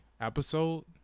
episode